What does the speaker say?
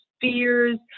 fears